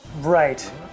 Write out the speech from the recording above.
Right